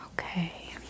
okay